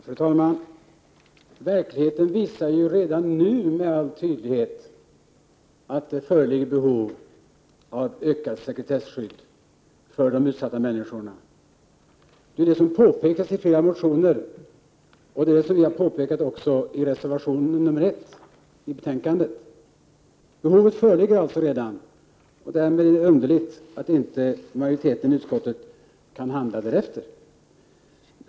Fru talman! Verkligheten visar redan nu med all tydlighet att det föreligger behov av ökat sekretesskydd för de utsatta människorna. Det är ju detta som påpekas i flera motioner, och det är detta vi har påpekat i reservation 1. Behovet föreligger alltså redan nu, och det är underligt att inte majoriteten i utskottet kan handla därefter.